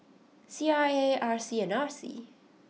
C R A R C and R C